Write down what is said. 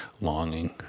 longing